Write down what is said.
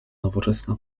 nowoczesna